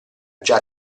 già